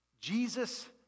Jesus